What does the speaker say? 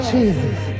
Jesus